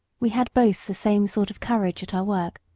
we had both the same sort of courage at our work,